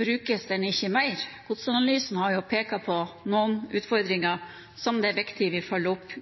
brukes den ikke mer? Godsanalysen har pekt på noen utfordringer som det er viktig at vi følger opp